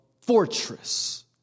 fortress